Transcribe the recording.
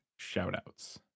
shoutouts